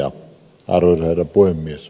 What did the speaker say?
arvoisa herra puhemies